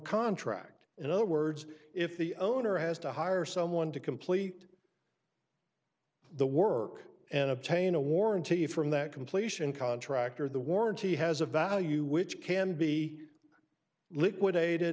contract in other words if the owner has to hire someone to complete the work and obtain a warranty from that completion contractor the warranty has a value which can be liquidated